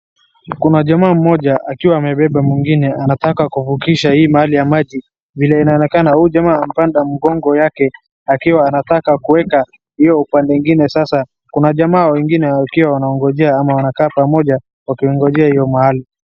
Kuna jamaa mmoja akiwa amebeba mwingine anataka kuvukisha hii mahali ya maji. Vile inaonekana huu jama amepanda mgongo yake akiwa nataka kuweka huyo upande mwingine. Sasa kuna jamaa wengine wakiwa wanaongojea ama wanakaa pamoja wakingojea hiyo mahali.